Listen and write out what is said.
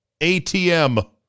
atm